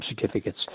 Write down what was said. certificates